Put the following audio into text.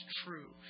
true